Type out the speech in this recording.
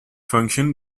function